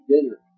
dinner